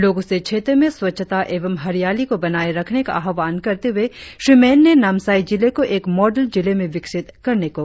लोगों से क्षेत्र में स्वच्छता एवं हरियाली को बनाए रखने का आह्वान करते हुए श्री मेन ने नामसाई जिले को एक मॉडल जिले में विकसित करने को कहा